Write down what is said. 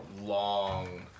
Long